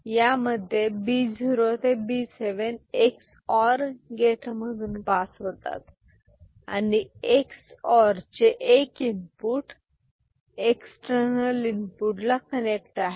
यामध्ये B0 B7 XOR gate मधून pass होतात आणि एक्स ओर चे एक इनपुट एक्स्टर्नल इनपुट ला कनेक्ट आहे